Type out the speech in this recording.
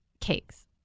cakes